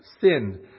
sin